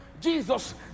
Jesus